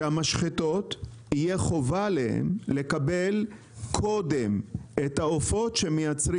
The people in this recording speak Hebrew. שעל המשחטות תהיה חובה לקבל קודם את העופות שמייצרים